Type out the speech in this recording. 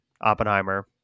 Oppenheimer